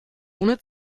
ohne